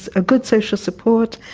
a good social support,